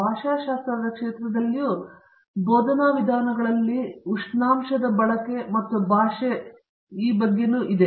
ಭಾಷಾಶಾಸ್ತ್ರದ ಕ್ಷೇತ್ರದಲ್ಲಿಯೂ ಬೋಧನಾ ವಿಧಾನಗಳಲ್ಲಿ ಉಷ್ಣಾಂಶದ ಬಳಕೆ ಮತ್ತು ಭಾಷೆ ನಮ್ಮ ಬಳಿ ಇದೆ